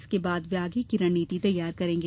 इसके बाद वे आगे की रणनीति तैयार करेंगे